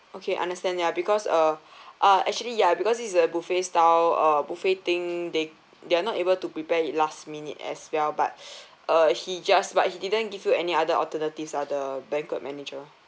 okay understand ya because uh uh actually ya because this is a buffet style uh buffet thing they they're not able to prepare it last minute as well but uh he just but he didn't give you any other alternatives ah the banquet manager